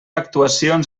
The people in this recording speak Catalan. actuacions